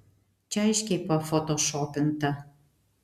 čia aiškiai pafotošopinta